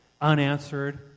unanswered